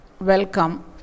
Welcome